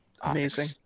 amazing